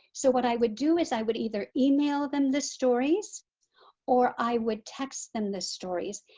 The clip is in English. so what i would do is i would either email them the stories or i would text them the stories.